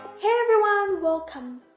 hey, everyone welcome